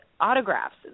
autographs